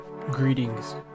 Greetings